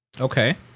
Okay